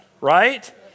right